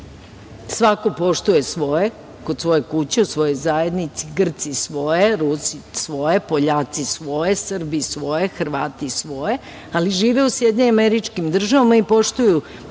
Svako poštuje svoje, kod svoje kuće, u svojoj zajednici. Grci svoje, Rusi svoje, Poljaci svoje, Srbi svoje, Hrvati svoje, ali žive u Sjedinjenim Američkim Državama i poštuju podizanje